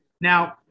Now